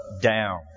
down